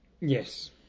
yes